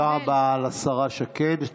תודה רבה לשרה שקד.